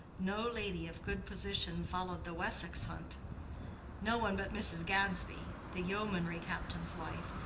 no lady of good position followed the wessex hunt no one but mrs. gadsby, the yeomanry captain's wife,